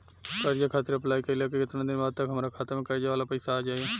कर्जा खातिर अप्लाई कईला के केतना दिन बाद तक हमरा खाता मे कर्जा वाला पैसा आ जायी?